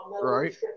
Right